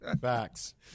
Facts